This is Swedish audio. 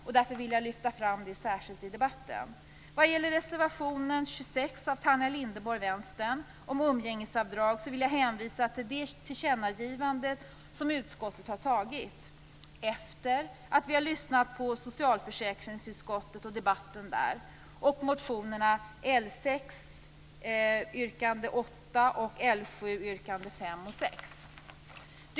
Det är därför jag särskilt vill lyfta fram det i debatten. om umgängesavdrag vill jag hänvisa till det tillkännagivande som utskottet har gjort, efter det att vi lyssnat på socialförsäkringsutskottet och debatten där. yrkandena 5 och 6.